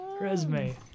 Resume